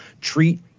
treat